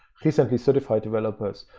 recently certified developers.